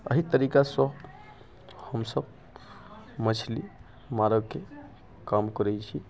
अहि तरीकासँ हमसब मछली मारऽके काम करै छी